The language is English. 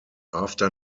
after